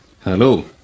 Hello